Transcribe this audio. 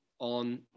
on